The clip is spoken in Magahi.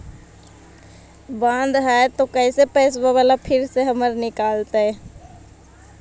बन्द हैं त कैसे पैसा बाला फिर से हमर निकलतय?